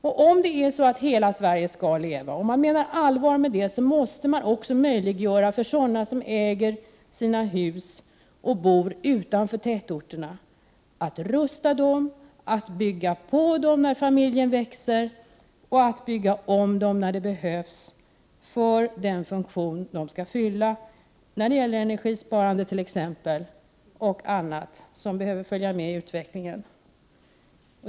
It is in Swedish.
Om man menar allvar med att hela Sverige skall leva, måste man möjliggöra för sådana som äger sina hus och bor utanför tätorterna att rusta dem, bygga på dem när familjen växer, och att bygga om dem när det behövs för den funktion de skall fylla. Det handlar t.ex. om energisparande och andra åtgärder man behöver göra för att följa med utvecklingen.